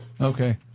Okay